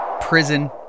prison